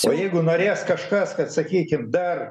o jeigu norės kažkas kad sakykim dar